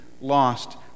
lost